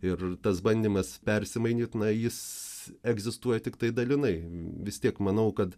ir tas bandymas persimainyt na jis egzistuoja tiktai dalinai vis tiek manau kad